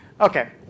Okay